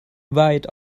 weit